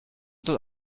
soll